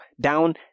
down